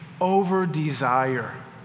over-desire